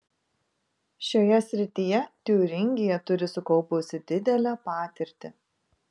šioje srityje tiūringija turi sukaupusi didelę patirtį